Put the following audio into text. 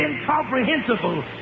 incomprehensible